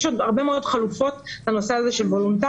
יש עוד הרבה מאוד חלופות לנושא הזה של וולונטריות,